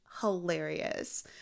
hilarious